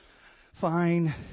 Fine